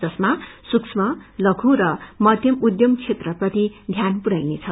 जसमा सूक्ष्म लषु र मध्यम अदृयम क्षेत्रप्रति ध्यान पुरयाइनेछ